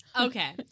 Okay